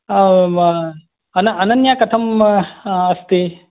अन अनन्या कथम् अस्ति